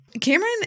Cameron